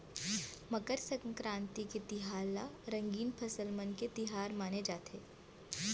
मकर संकरांति तिहार ल रंगीन फसल मन के तिहार माने जाथे